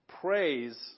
praise